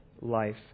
life